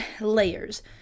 layers